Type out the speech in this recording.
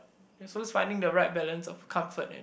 it's also finding the right balance of comfort and